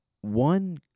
one